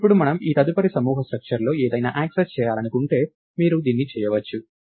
ఇప్పుడు మనము ఈ తదుపరి సమూహ స్ట్రక్చర్ లో ఏదైనా యాక్సెస్ చేయాలనుకుంటే మీరు దీన్ని చేయవచ్చు